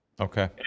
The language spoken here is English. okay